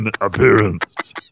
appearance